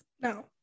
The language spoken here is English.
no